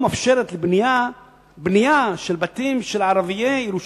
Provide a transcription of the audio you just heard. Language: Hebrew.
מאפשרת בנייה של בתים של ערביי ירושלים,